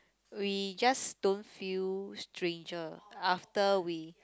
we just don't feel stranger after we